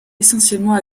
essentiellement